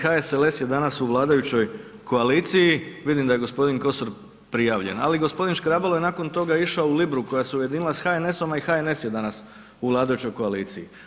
HSLS je danas u vladajućoj koaliciji, vidim da je g. Kosor prijavljen, ali g. Škrabalo je nakon toga išao u Libru koja se ujedinila s HNS-om, a i HNS je danas u vladajućoj koaliciji.